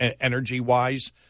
energy-wise